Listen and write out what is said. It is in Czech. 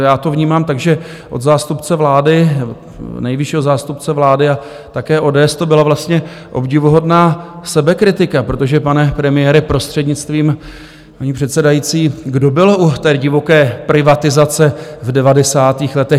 Já to vnímám tak, že od zástupce vlády, nejvyššího zástupce vlády a také ODS, to byla vlastně obdivuhodná sebekritika, protože, pane premiére, prostřednictvím paní předsedající, kdo byl u té divoké privatizace v 90. letech?